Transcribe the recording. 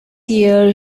year